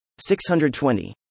620